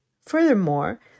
Furthermore